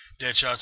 Deadshot's